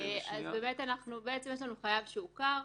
חייב שהוכר,